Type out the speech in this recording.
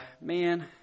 man